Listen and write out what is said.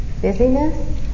busyness